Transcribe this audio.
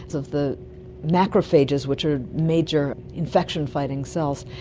of the macrophages which are major infection fighting cells.